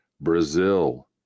Brazil